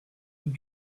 and